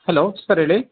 hello sir ಹೇಳಿ